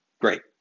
Great